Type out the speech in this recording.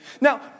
Now